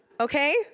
Okay